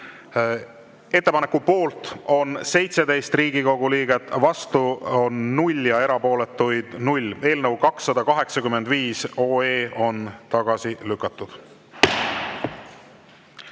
Ettepaneku poolt on 17 Riigikogu liiget, vastu on 0 ja erapooletuid 0. Eelnõu 285 on tagasi lükatud.